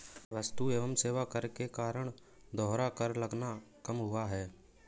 वस्तु एवं सेवा कर के कारण दोहरा कर लगना कम हुआ है